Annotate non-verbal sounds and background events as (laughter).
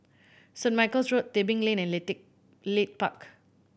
Saint Michael's Road Tebing Lane and (unintelligible) Leith Park